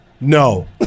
No